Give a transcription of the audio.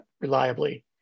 reliably